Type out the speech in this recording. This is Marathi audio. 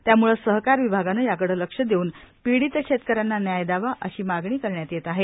त्यामुळं सहकार विभागान याकड लक्ष देऊन पीडित शेतकऱ्यांना न्याय द्यावा अशी मागणी करण्यात येत आहे